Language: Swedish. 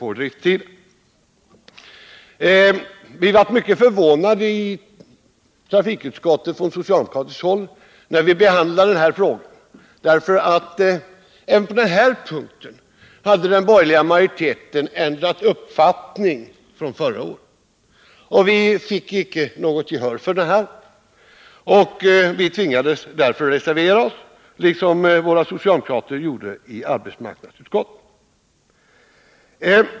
Vi blev på socialdemokratiskt håll mycket förvånade i trafikutskottet när den här frågan behandlades. Även på denna punkt hade nämligen den borgerliga majoriteten ändrat uppfattning från förra året. Vi fick icke något gehör för våra synpunkter och tvingades därför reservera oss — liksom de socialdemokratiska ledamöterna i arbetsmarknadsutskottet gjorde.